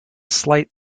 slight